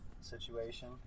situation